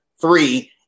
three